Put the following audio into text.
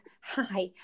Hi